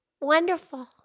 Wonderful